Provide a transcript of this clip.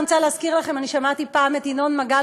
אני רוצה להזכיר לכם: אני שמעתי פעם את ינון מגל